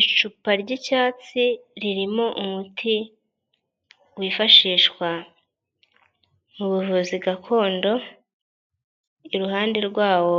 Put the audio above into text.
Icupa ry'icyatsi ririmo umuti wifashishwa mu buvuzi gakondo, iruhande rwawo